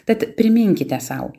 tad priminkite sau